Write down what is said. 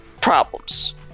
problems